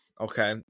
Okay